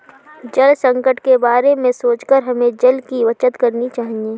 जल संकट के बारे में सोचकर हमें जल की बचत करनी चाहिए